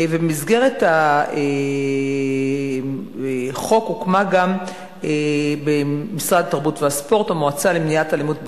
במסגרת החוק הוקמה במשרד התרבות והספורט המועצה למניעת אלימות בספורט,